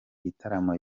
gitaramo